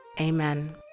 Amen